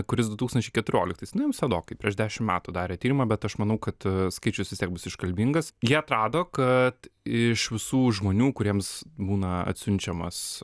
kuris du tūkstančiai keturioliktais na jau senokai prieš dešim metų darė tyrimą bet aš manau kad skaičius vis tiek bus iškalbingas jie atrado kad iš visų žmonių kuriems būna atsiunčiamas